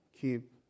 keep